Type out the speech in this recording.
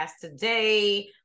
today